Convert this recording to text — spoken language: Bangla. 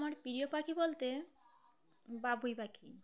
আমার প্রিয় পাখি বলতে বাবুই পাখি